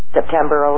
September